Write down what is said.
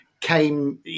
came